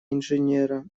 инженера